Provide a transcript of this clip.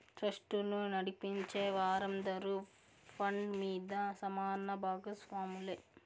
ట్రస్టును నడిపించే వారందరూ ఫండ్ మీద సమాన బాగస్వాములే